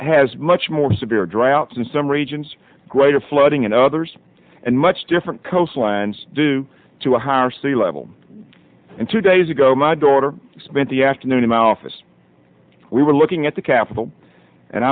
has much more severe droughts in some regions greater flooding in others and much different coastlines due to a higher sea level and two days ago my daughter spent the afternoon mouth as we were looking at the capitol and